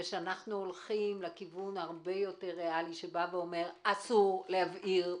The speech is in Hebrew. שאנחנו הולכים לכיוון הרבה יותר ריאלי שאומר: אסור להבעיר פסולת.